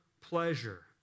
pleasure